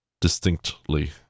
distinctly